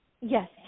Yes